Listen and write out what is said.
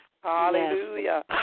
Hallelujah